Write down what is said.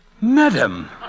Madam